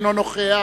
אינו נוכח,